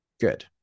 good